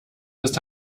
ist